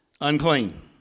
unclean